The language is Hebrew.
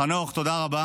חנוך, תודה רבה